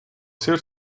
seus